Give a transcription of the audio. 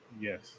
Yes